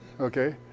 okay